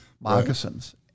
moccasins